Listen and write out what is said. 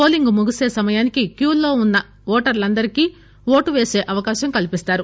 polling ముగిస సమయానికి క్యూలో ఉన్న ఓటర్లందరికీ ఓటుపేస అవకాశం కల్పిస్తారు